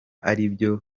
aribyo